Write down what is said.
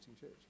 church